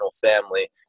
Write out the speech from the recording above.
family